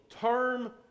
term